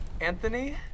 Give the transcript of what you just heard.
Anthony